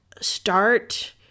start